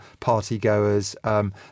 partygoers